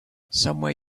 somewhere